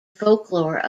folklore